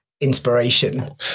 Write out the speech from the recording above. inspiration